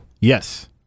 Yes